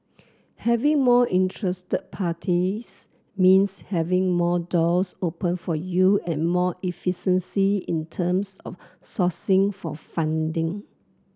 having more interested parties means having more doors open for you and more efficiency in terms of sourcing for funding